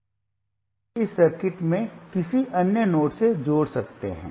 हम इसे इस सर्किट में किसी अन्य नोड से जोड़ सकते हैं